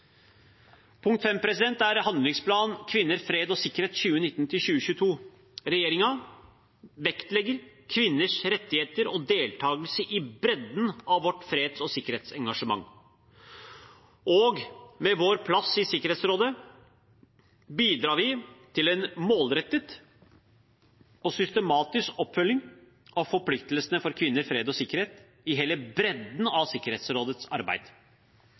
Punkt 5 er handlingsplanen Kvinner, fred og sikkerhet 2019–2022. Regjeringen vektlegger kvinners rettigheter og deltakelse i bredden av vårt freds- og sikkerhetsengasjement, og med vår plass i Sikkerhetsrådet bidrar vi til en målrettet og systematisk oppfølging av forpliktelsene for kvinner, fred og sikkerhet i hele bredden av Sikkerhetsrådets arbeid.